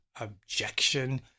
objection